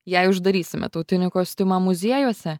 jei uždarysime tautinį kostiumą muziejuose